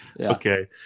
okay